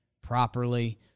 properly